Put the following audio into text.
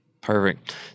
Perfect